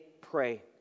pray